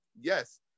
yes